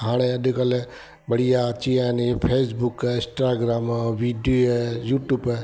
हाणे अॼुकल्ह बढ़िया अची विया आहिनि फेसबुक इंस्टाग्राम ऐं वीडियो यूट्यूब